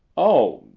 oh,